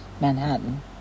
Manhattan